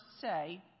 say